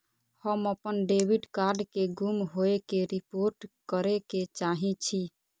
हम अपन debit card के गुम होय के रिपोर्ट करे के चाहि छी